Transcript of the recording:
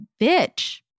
bitch